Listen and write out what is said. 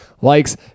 likes